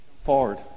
forward